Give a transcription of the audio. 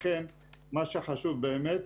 לכן מה שחשוב באמת